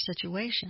situation